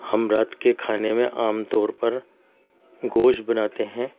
ہم رات کے کھانے میں عام طور پر گوشت بناتے ہیں